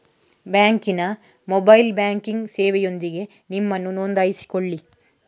ಬ್ಯಾಂಕಿನ mobile banking ಸೇವೆಯೊಂದಿಗೆ ನಿಮ್ಮನ್ನು ನೋಂದಾಯಿಸಿಕೊಳ್ಳಿ